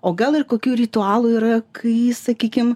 o gal ir kokių ritualų yra kai sakykim